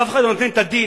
ואף אחד לא נותן את הדין.